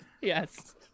Yes